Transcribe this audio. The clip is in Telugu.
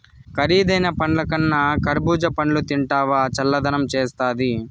కరీదైన పండ్లకన్నా కర్బూజా పండ్లు తింటివా చల్లదనం చేస్తాది